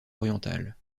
orientales